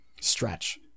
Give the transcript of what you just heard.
Stretch